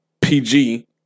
PG